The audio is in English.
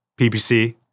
PPC